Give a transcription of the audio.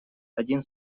один